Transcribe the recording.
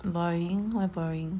boring why boring